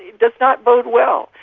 does not bode well.